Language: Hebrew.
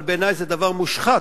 אבל בעיני זה דבר מושחת,